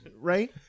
Right